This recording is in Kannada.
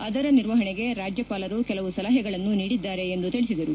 ಅದರ ನಿರ್ವಹಣೆಗೆ ರಾಜ್ಯಪಾಲರು ಕೆಲವು ಸಲಹೆಗಳನ್ನು ನೀಡಿದ್ದಾರೆ ಎಂದು ತಿಳಿಸಿದರು